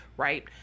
Right